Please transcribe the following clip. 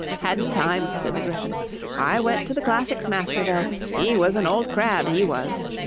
hadn't time said the gryphon i went to the classics master, though. he was an old crab, he was